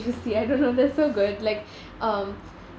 juicy I don't know they're so good like um